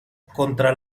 contra